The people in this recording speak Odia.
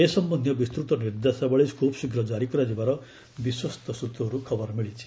ଏ ସମ୍ଭନ୍ଧୀୟ ବିସ୍ତୃତ ନିର୍ଦ୍ଦେଶାବଳୀ ଖୁବ୍ଶୀଘ୍ର ଜାରି କରାଯିବାର ବିଶ୍ୱସ୍ତ ସୂତ୍ରରୁ ଖବର ମିଳିଛି